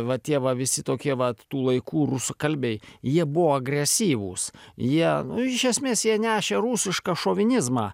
va tie va visi tokie vat tų laikų rusakalbiai jie buvo agresyvūs jie nu už esmės jie nešė rusišką šovinizmą